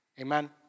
Amen